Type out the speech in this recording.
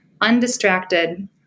undistracted